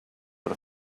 per